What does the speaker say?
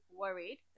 worried